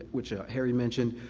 which harry mentioned.